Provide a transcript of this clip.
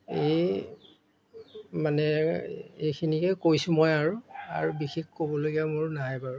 এই মানে এইখিনিকে কৈছোঁ মই আৰু আৰু বিশেষ ক'বলগীয়া মোৰ নাই বাৰু